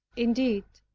indeed,